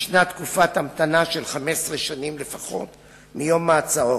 יש תקופת המתנה של 15 שנים לפחות מיום מעצרו,